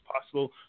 possible